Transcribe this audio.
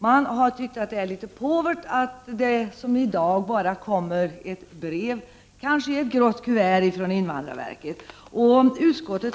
Man har tyckt att det är 61 litet påvert att som i dag bara få ett brev i grått kuvert från invandrarverket.